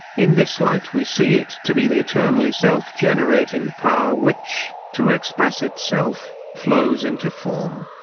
in this light we see it to be the eternally self-generating power which, to express itself, flows into form.